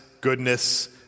goodness